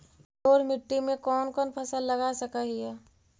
जलोढ़ मिट्टी में कौन कौन फसल लगा सक हिय?